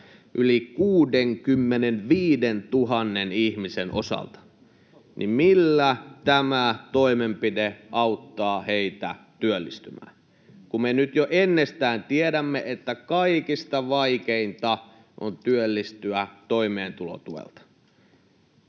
yli 65 000 ihmisen osalta, niin millä ihmeellä tämä toimenpide auttaa heitä työllistymään, kun me jo ennestään tiedämme, että kaikista vaikeinta on työllistyä toimeentulotuelta.